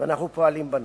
ואנחנו פועלים בנושא.